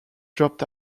dropped